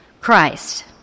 Christ